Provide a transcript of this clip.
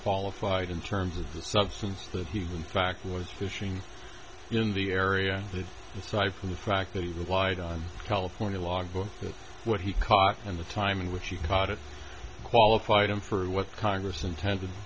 qualified in terms of the substance that he in fact was fishing in the area that aside from the fact that he relied on california logbooks what he caught and the time in which he caught it qualified him for what congress intended